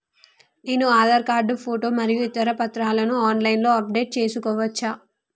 నేను Aadhaar card photo మరియు ఇతర పత్రాలను ఆన్ లైన్ అప్ డెట్ చేసుకోవచ్చా?